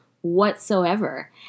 whatsoever